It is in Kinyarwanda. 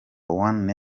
one